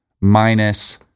minus